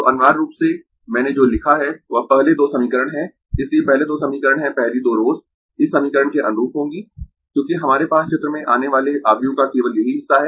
तो अनिवार्य रूप से मैंने जो लिखा है वह पहले दो समीकरण है इसलिए पहले दो समीकरण है पहली दो रोस इस समीकरण के अनुरूप होंगीं क्योंकि हमारे पास चित्र में आने वाले आव्यूह का केवल यही हिस्सा है